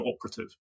operative